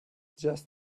just